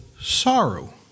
sorrow